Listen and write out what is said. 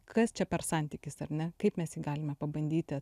kas čia per santykis ar ne kaip mes jį galime pabandyti